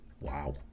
Wow